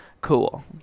cool